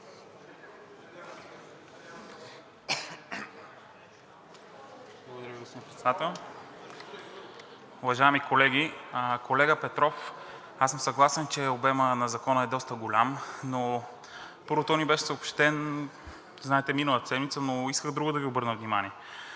Благодаря, господин Председател. Уважаеми колеги! Колега Петров, аз съм съгласен, че обемът на Закона е доста голям, но, първо, той ни беше съобщен, знаете, миналата седмица, но исках на друго да Ви обърна внимание.